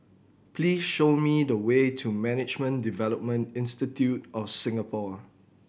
please show me the way to Management Development Institute of Singapore